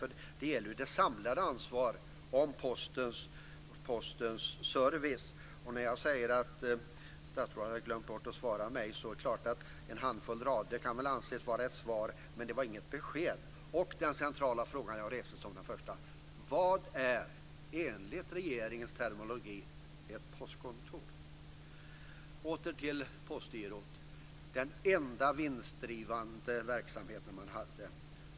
Det gäller ju det samlade ansvaret för Postens service. Jag sade att statsrådet hade glömt att svara mig på mina frågor. Det är klart att en handfull rader kan anses vara ett svar, men de innehöll inte något besked. Den centrala frågan som jag reste var: Vad är enligt regeringens terminologi ett postkontor? Åter till Postgirot. Det var den enda vinstdrivande verksamhet som man hade.